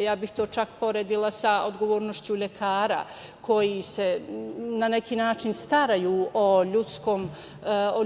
Ja bih to čak poredila sa odgovornošću lekara koji se na neki način staraju o